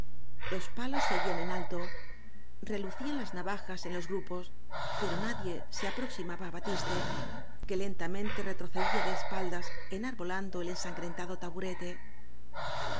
los palos se guían en alto relucían las navajas en los gru pos pero nadie se aproximaba á batiste que lentamente retrocedía de espaldas enarbolando el ensangrentado taburete